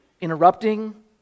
interrupting